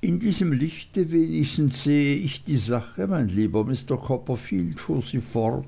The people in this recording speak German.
in diesem lichte wenigstens sehe ich die sache mein lieber mr copperfield fuhr sie fort